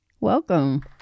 welcome